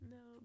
no